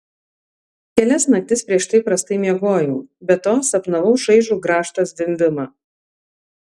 kelias naktis prieš tai prastai miegojau be to sapnavau šaižų grąžto zvimbimą